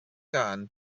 gan